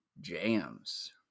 jams